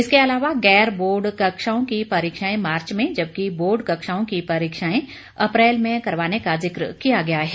इसके अलावा गैर बोर्ड कक्षाओं की परीक्षाएं मार्च में जबकि बोर्ड कक्षाओं की परीक्षाएं अप्रैल में करवाने का ज़िक्र किया गया है